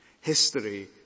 History